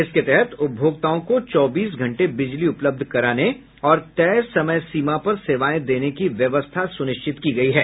इसके तहत उपभोक्ताओं को चौबीस घंटे बिजली उपलब्ध कराने और तय समय सीमा पर सेवाएं देने की व्यवस्था सुनिश्चित की गयी है